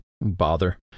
bother